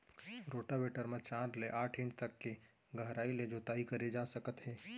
rotavator म चार ले आठ इंच तक के गहराई ले जोताई करे जा सकत हे